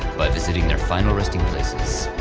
by visiting their final resting places.